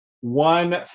one